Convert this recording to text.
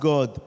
God